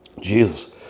Jesus